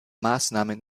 maßnahmen